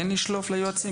כן לשלוף ליועצים,